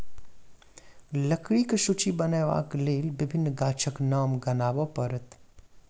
लकड़ीक सूची बनयबाक लेल विभिन्न गाछक नाम गनाब पड़त